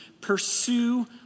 pursue